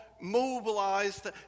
mobilized